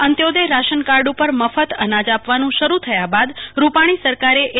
અંત્યોદય ration card ઉપર મફત અનાજ આપવાનું શરૂ થયા બાદ રૂપાણી સરકારે એ